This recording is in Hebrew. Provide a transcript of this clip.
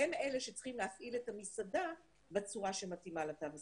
-- והם אלה שצריכים להפעיל את המסעדה בצורה שמתאימה לתו הסגול.